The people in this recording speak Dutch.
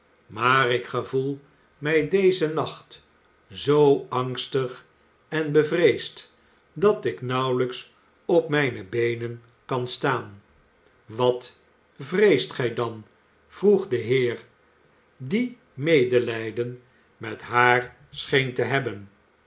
maar ik gevoel mij dezen nacht zoo angstig en bevreesd dat ik nauwelijks op mijne beenen kan staan wat vreest gij dan vroeg de heer die medelijden met haar scheen te hebben